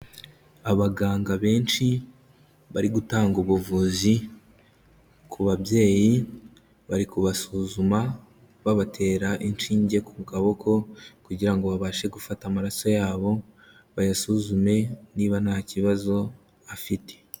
Abaganga benshi bari gutanga ubuvuzi ku babyeyi, bari kubasuzuma babatera inshinge ku kaboko kugira ngo babashe gufata amaraso yabo, bayasuzume niba nta kibazo afite.